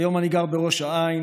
כיום אני גר בראש העין,